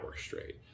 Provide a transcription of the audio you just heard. straight